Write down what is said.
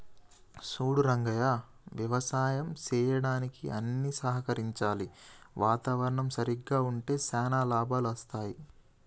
సూడు రంగయ్య యవసాయం సెయ్యడానికి అన్ని సహకరించాలి వాతావరణం సరిగ్గా ఉంటే శానా లాభాలు అస్తాయి